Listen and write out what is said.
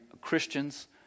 Christians